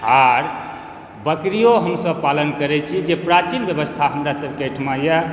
आर बकरियो हमसब पालन करै छी जे प्राचीन व्यवस्था हमरासबके एहिठाम यऽ